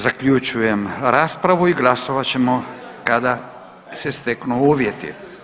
Zaključujem raspravu i glasovat ćemo kada se steknu uvjeti.